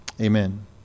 Amen